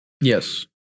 Yes